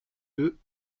deux